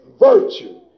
virtue